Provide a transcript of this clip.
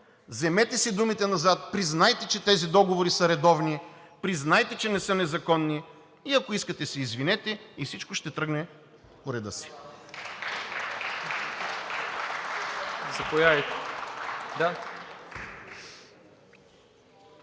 вземете си думите назад, признайте, че тези договори са редовни, признайте, че не са незаконни, и ако искате се извинете, и всичко ще тръгне по реда си.